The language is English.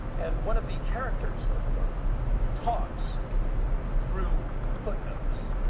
and one of the characters in the book talks through footnotes.